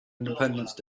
independence